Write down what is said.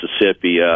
Mississippi